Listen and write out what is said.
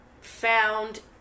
found